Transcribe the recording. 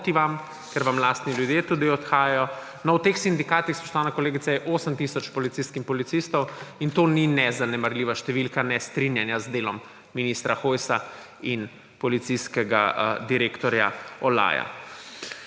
proti vam, ker vam lastni ljudje tudi odhajajo – v teh sindikatih, spoštovana kolegica, je 8 tisoč policistk in policistov. In to ni nezanemarljiva številka nestrinjanja z delom ministra Hojsa in policijskega direktorja Olaja.